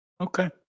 Okay